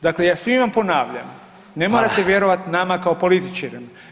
Dakle ja svima ponavljam ne morate vjerovati nama kao političarima.